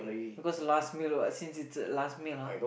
because the last meal what since it's a last meal ah